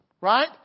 right